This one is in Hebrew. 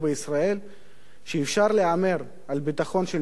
שאפשר להמר על הביטחון של מדינה,